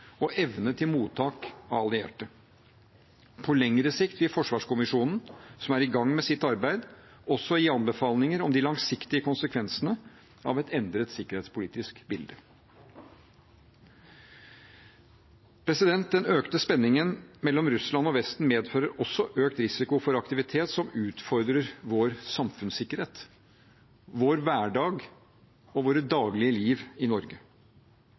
og evne til mottak av allierte. På lengre sikt vil forsvarskommisjonen, som er i gang med sitt arbeid, også gi anbefalinger om de langsiktige konsekvensene av et endret sikkerhetspolitisk bilde. Den økte spenningen mellom Russland og Vesten medfører også økt risiko for aktivitet som utfordrer vår samfunnssikkerhet, vår hverdag og våre daglige liv i Norge.